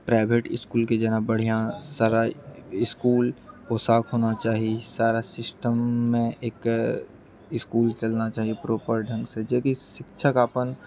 private इसकुलके जेना बढ़िआँ पढ़ए इसकुलके साथ होना चाही सारा सिस्टममे एक तऽ इसकुल चलना चाही प्रोपर ढ़ंगसँ जे भी शिक्षक अपन